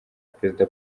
perezida